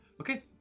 Okay